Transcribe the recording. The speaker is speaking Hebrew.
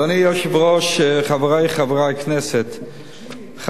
אדוני היושב-ראש, חברי חברי הכנסת, קוצ'ינים.